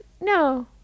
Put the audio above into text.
no